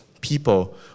people